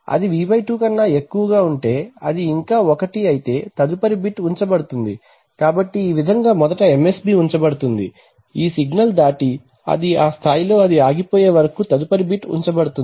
అది V2 కన్నా ఎక్కువ ఉంటే అది ఇంకా 1 అయితే తదుపరి బిట్ ఉంచబడుతుంది కాబట్టి ఈ విధంగా మొదట MSB ఉంచబడుతుంది ఈ సిగ్నల్ దాటి ఆ స్థాయిలో అది ఆగిపోయే వరకు తదుపరి బిట్ ఉంచబడుతుంది